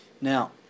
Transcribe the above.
Now